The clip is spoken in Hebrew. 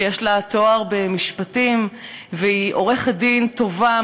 שיש לה תואר במשפטים והיא עורכת-דין טובה,